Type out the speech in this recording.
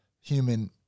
human